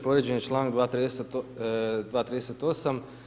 Povrijeđen je članak 238.